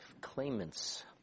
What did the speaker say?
claimants